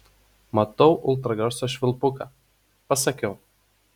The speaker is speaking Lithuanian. matau ultragarso švilpuką pasakiau